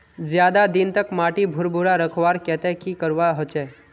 ज्यादा दिन तक माटी भुर्भुरा रखवार केते की करवा होचए?